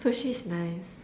sushi is nice